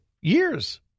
years